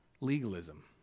legalism